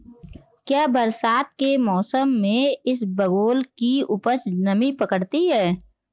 क्या बरसात के मौसम में इसबगोल की उपज नमी पकड़ती है?